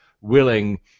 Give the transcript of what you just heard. willing